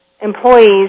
Employees